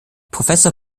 professor